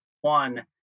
One